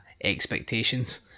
expectations